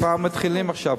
הם כבר מתחילים עכשיו.